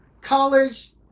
college